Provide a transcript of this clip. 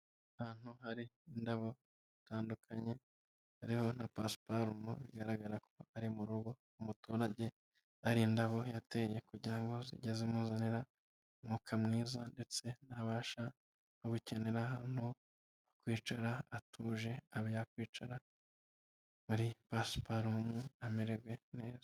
Ahantu hari indabo zitandukanye hariho na pasuparumu, bigaragara ko ari mu rugo, umuturage ari indabo yateye kugira ngo zijye zimuzanira umwuka mwiza, ndetse nabasha no gukenera ahantu ho kwicara hatuje, abe yakwicara muri pasuparumu amererwe neza.